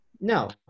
No